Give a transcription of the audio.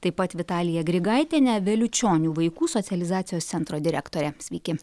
taip pat vitalija grigaitienė vėliučionių vaikų socializacijos centro direktorė sveiki